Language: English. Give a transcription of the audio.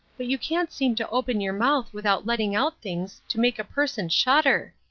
but you can't seem to open your mouth without letting out things to make a person shudder.